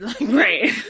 Right